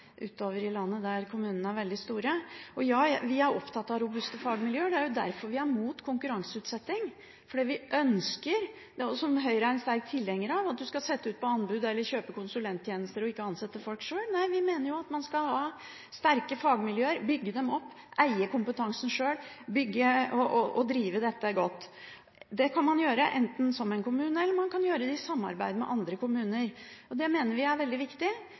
utover i landet, der kommunene er veldig store. Ja, vi er opptatt av robuste fagmiljøer. Det er jo derfor vi er imot konkurranseutsetting. Høyre er sterkt tilhenger av at man skal sette ut på anbud eller kjøpe konsulenttjenester og ikke ansette folk sjøl. Vi mener at man skal ha sterke fagmiljøer, bygge dem opp, eie kompetansen sjøl og drive dette godt. Det kan man gjøre enten som en kommune eller i samarbeid med andre kommuner. Det mener vi er veldig viktig.